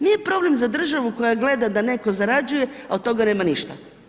Nije problem za državu koja gleda da netko zarađuje, a od toga nema ništa.